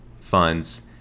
funds